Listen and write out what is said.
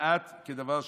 כמעט כדבר שבשגרה.